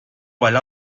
while